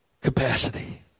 capacity